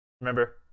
remember